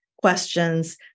questions